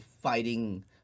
fighting